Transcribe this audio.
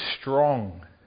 strong